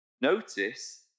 notice